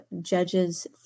Judges